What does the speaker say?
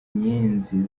nyenzi